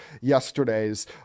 yesterday's